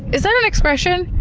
is that an expression?